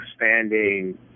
expanding